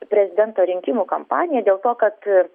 prezidento rinkimų kampanija dėl to kad ir